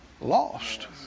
lost